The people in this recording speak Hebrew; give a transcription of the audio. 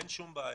אין שום בעיה,